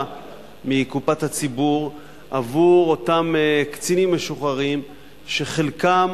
מקופת הציבור עבור אותם קצינים משוחררים שחלקם,